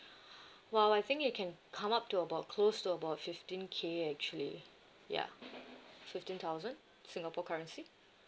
well I think it can come up to about close to about fifteen K actually ya fifteen thousand singapore currency